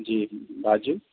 जी बाजू